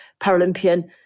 Paralympian